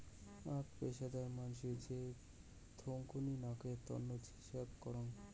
আক পেশাদার মানসি যে থোঙনি নকের তন্ন হিছাব করাং